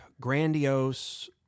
grandiose